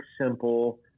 simple